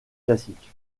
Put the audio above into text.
classique